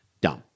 dumb